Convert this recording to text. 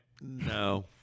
No